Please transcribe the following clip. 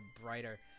brighter